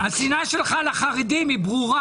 למה אתה כועס?